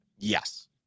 Yes